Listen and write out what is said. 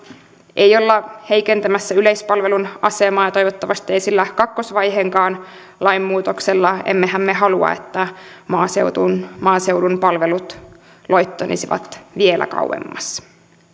ei olla heikentämässä yleispalvelun asemaa ja toivottavasti ei sillä kakkosvaiheenkaan lainmuutoksella emmehän me halua että maaseudun maaseudun palvelut loittonisivat vielä kauemmas